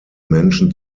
menschen